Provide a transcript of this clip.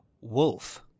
Wolf